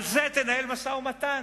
על זה תנהל משא-ומתן,